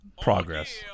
Progress